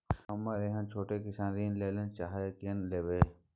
हमरा एहन छोट किसान ऋण लैले चाहैत रहि केना लेब?